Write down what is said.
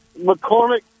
McCormick